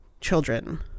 children